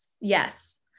Yes